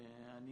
אני